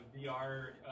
VR